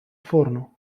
forno